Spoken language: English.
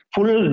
Full